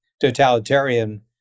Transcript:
totalitarian